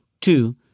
Two